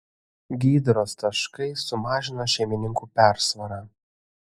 gydros taškai sumažino šeimininkų persvarą